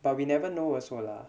but we never know also lah